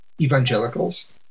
evangelicals